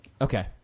Okay